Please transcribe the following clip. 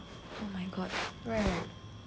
oh my god